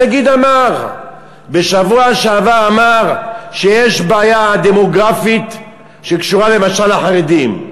הנגיד אמר בשבוע שעבר שיש בעיה דמוגרפית שקשורה למשל לחרדים: